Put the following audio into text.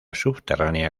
subterránea